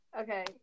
Okay